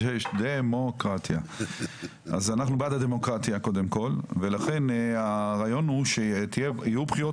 אנחנו בעד דמוקרטיה והרעיון הוא שיהיו בחירות